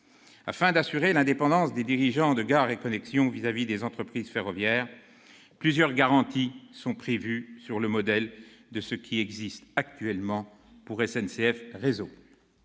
Afin d'assurer l'indépendance des dirigeants de Gares & Connexions à l'égard des entreprises ferroviaires, plusieurs garanties sont prévues, sur le modèle de ce qui existe actuellement pour SNCF Réseau.